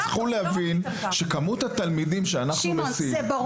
אבל צריך להבין שכמות התלמידים שאנחנו מסיעים היא ענקית.